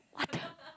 what the